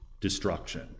destruction